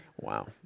Wow